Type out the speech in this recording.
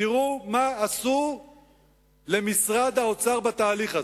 תראו מה עשו למשרד האוצר בתהליך הזה,